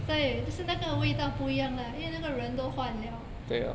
对就是那个味道不一样啦因为那个人都换了